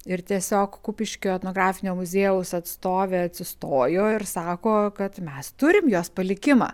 ir tiesiog kupiškio etnografinio muziejaus atstovė atsistojo ir sako kad mes turim jos palikimą